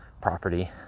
property